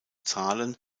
zahlen